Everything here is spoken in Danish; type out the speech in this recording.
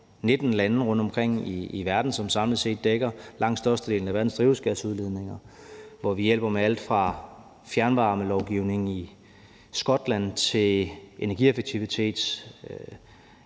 19 lande rundtomkring i verden, som samlet set dækker langt størstedelen af verdens drivhusgasudledninger, hvor vi hjælper med alt fra fjernvarmelovgivning i Skotland til energieffektivitetsindsatser